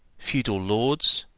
feudal lords,